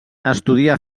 estudià